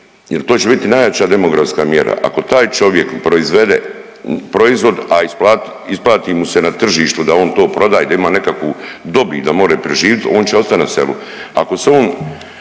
jer to će biti najjača demografska mjera ako taj čovjek proizvede proizvod, a isplati mu se na tržištu da on to prodaje i da ima nekakvu dobit da more preživit, on će ostat na selu.